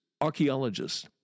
archaeologists